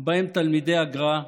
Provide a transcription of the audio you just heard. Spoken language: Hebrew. ובהם תלמידי הגר"א,